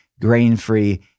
grain-free